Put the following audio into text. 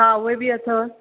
हा उहे बि अथव